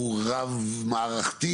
הוא רב מערכתי